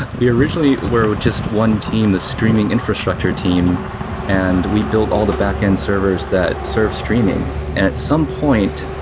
we originally were just one team, the streaming infrastructure team and we built all the backend servers that serve streaming. at some point,